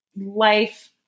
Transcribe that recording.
life